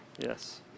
Yes